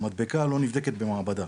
מדבקה לא נבדקת במעבדה,